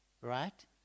Right